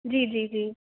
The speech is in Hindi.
जी जी जी